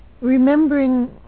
Remembering